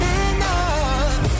enough